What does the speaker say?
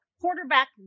quarterback